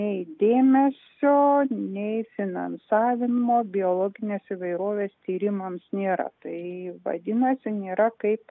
nei dėmesio nei finansavimo biologinės įvairovės tyrimams nėra tai vadinasi nėra kaip